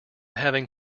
having